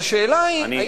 אז השאלה היא,